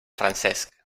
francesc